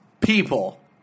people